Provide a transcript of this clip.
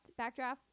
Backdraft